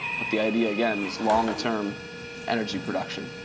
but the idea again is long term energy production.